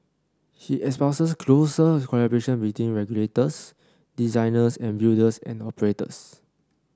he espouses closer collaboration between regulators designers and builders and operators